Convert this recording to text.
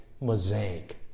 mosaic